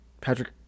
Patrick